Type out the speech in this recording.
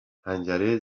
حنجره